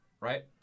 right